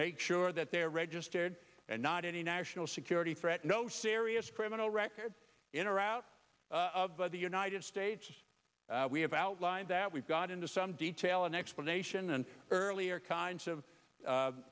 make sure that they are registered and not any national security threat no serious criminal record in or out of the united states we have outlined that we've got into some detail an explanation and earlier kinds of